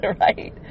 right